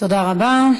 תודה רבה.